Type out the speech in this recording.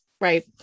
right